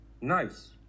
Nice